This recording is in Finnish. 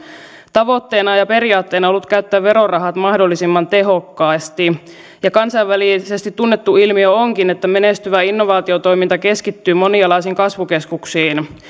tavoitteena ja periaatteena on ollut käyttää verorahat mahdollisimman tehokkaasti ja kansainvälisesti tunnettu ilmiö onkin että menestyvä innovaatiotoiminta keskittyy monialaisiin kasvukeskuksiin